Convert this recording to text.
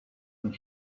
and